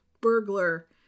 burglar